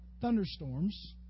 thunderstorms